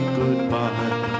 goodbye